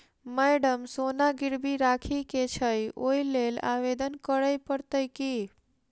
Madam सोना गिरबी राखि केँ छैय ओई लेल आवेदन करै परतै की?